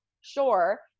sure